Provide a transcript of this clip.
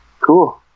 Cool